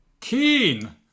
Keen